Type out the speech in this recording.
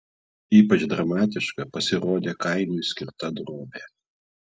ypač dramatiška pasirodė kainui skirta drobė